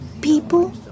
people